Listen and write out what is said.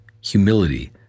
humility